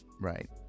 right